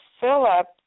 Philip